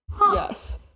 Yes